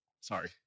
Sorry